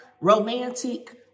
romantic